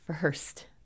first